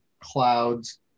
clouds